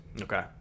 Okay